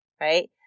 right